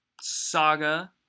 saga